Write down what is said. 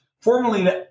Formerly